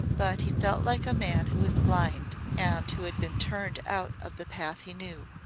but he felt like a man who was blind, and who had been turned out of the path he knew.